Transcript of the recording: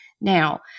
Now